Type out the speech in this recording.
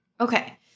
okay